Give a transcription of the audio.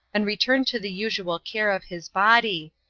and return to the usual care of his body,